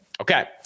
Okay